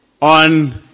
on